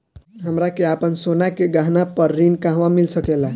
हमरा के आपन सोना के गहना पर ऋण कहवा मिल सकेला?